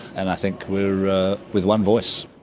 and i think we are with one voice.